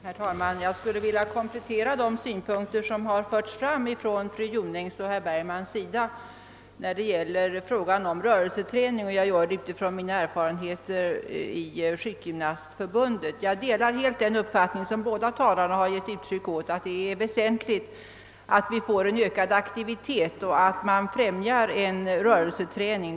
Herr talman! Jag skulle vilja komplettera de synpunkter som förts fram från fru Jonäng och herr Bergman i fråga om rörelseträning. Detta gör jag utifrån mina erfarenheter från Sjukgymnastförbundet. Jag delar helt den uppfattning som båda talarna givit uttryck åt, nämligen att det är väsentligt att få till stånd en ökad aktivitet och att främja en rörelseträning.